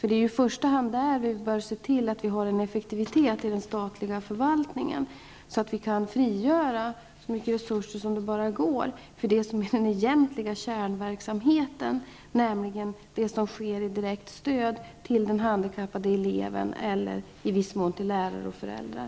Det är i första hand på det området som vi bör se till att vi har en effektivitet i den statliga förvaltningen, så att vi kan frigöra så mycket resurser som möjligt för den egentliga kärnverksamheten, nämligen det direkta stödet till handikappade elever och i viss mån till lärare och föräldrar.